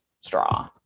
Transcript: straw